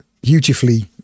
beautifully